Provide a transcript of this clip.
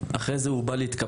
אחרי זה הוא בא להתקפל,